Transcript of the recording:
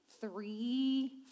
three